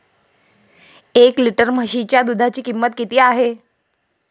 एक लिटर म्हशीच्या दुधाची किंमत किती आहे?